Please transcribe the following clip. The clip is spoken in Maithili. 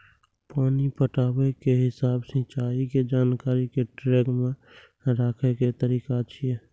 पानि पटाबै के हिसाब सिंचाइ के जानकारी कें ट्रैक मे राखै के तरीका छियै